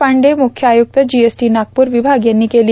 पांडे मुख्य आयुक्त जीएसटी नागपूर विभाग यांनी केली